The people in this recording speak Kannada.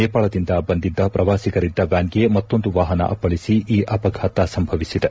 ನೇಪಾಳದಿಂದ ಬಂದಿದ್ದ ಪ್ರವಾಸಿಗರಿದ್ದ ವ್ಯಾನ್ಗೆ ಮತ್ತೊಂದು ವಾಹನ ಅಪ್ಪಳಿಸಿ ಈ ಅಪಘಾತ ಸಂಭವಿಸಿದೆ